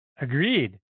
Agreed